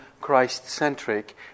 Christ-centric